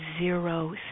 zero